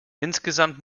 insgesamt